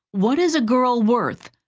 what is a girl worth,